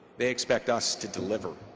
they expect us to deliver.